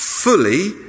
fully